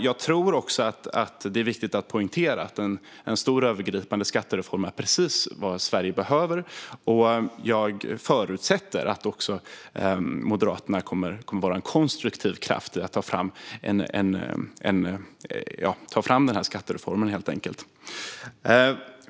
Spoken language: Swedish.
Jag tror också att det är viktigt att poängtera att en stor övergripande skattereform är precis vad Sverige behöver. Jag förutsätter att även Moderaterna kommer att vara en konstruktiv kraft i att ta fram en sådan skattereform.